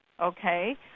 okay